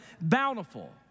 bountiful